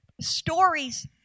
stories